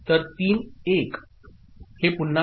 तर तीन 1s हे पुन्हा 0 आहे